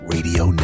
Radio